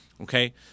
Okay